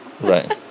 Right